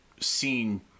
seen